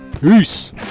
Peace